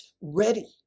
ready